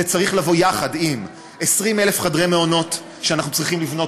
זה צריך לבוא יחד עם 20,000 חדרי מעונות שאנחנו צריכים לבנות,